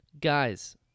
Guys